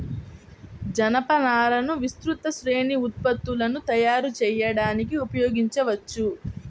జనపనారను విస్తృత శ్రేణి ఉత్పత్తులను తయారు చేయడానికి ఉపయోగించవచ్చు